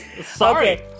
Sorry